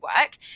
work